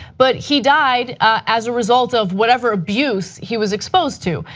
but he died as a result of whatever abuse he was exposed to.